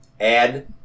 Add